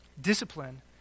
Discipline